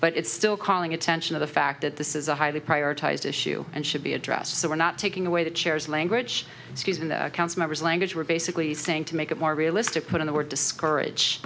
but it's still calling attention to the fact that this is a highly prioritized issue and should be addressed so we're not taking away the chairs language skills and the council members language we're basically saying to make it more realistic put in the word discourage